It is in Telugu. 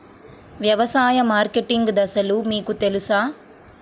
వ్యవసాయ మార్కెటింగ్ దశలు మీకు తెలుసా?